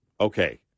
Okay